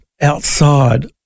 outside